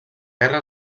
guerra